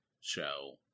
show